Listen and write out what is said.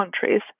countries